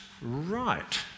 right